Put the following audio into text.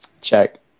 Check